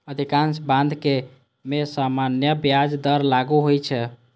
अधिकांश बंधक मे सामान्य ब्याज दर लागू होइ छै